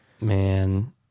man